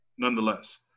Nonetheless